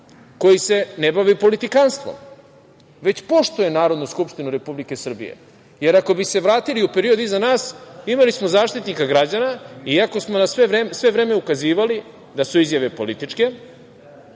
koji se ne bavi politikanstvom, već poštuje Narodnu skupštinu Republike Srbije, jer ako bi se vratili u period iza nas, imali smo Zaštitnika građana, iako smo sve vreme ukazivali da su izjave političke,